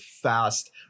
fast